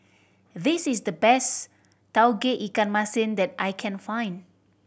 this is the best Tauge Ikan Masin that I can find